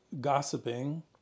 gossiping